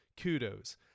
kudos